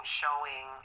showing